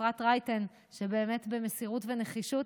אפרת רייטן, שבאמת במסירות ונחישות